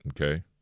Okay